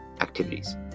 activities